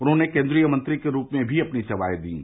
उन्होंने केन्द्रीय मंत्री के रूप में भी अपनी सेवाएं दीं